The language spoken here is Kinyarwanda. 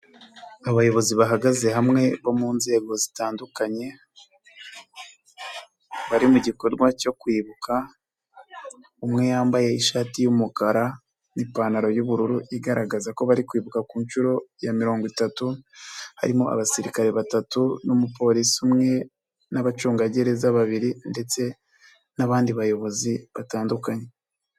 Abayobozi bahagaze hamwe bo mu nzego zitandukanye, bari mu gikorwa cyo kwibuka, umwe yambaye ishati y'umukara n'ipantaro y'ubururu igaragaza ko bari kwibuka ku nshuro ya mirongo itatu, harimo abasirikare batatu n'umupolisi umwe n'abacungagereza babiri ndetse n'abandi bayobozi batandukanye.